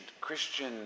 Christian